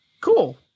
cool